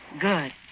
Good